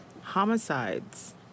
homicides